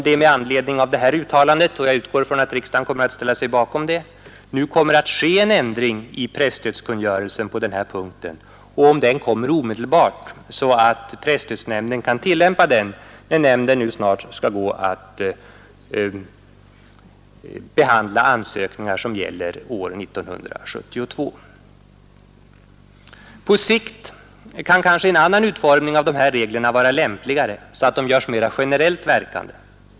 Jag undrar om det på grund av detta uttalande — jag utgår ifrån att riksdagen kommer att ställa sig bakom det — nu kommer att ske en ändring av presstödskungörelsen på den här punkten och om den kommer omedelbart så att presstödsnämnden kan tillämpa den när nämnden snart skall gå att behandla ansökningar som gäller år 1972. På sikt kan kanske en annan utformning av dessa regler vara lämpligare, så att de görs mera generellt verkande.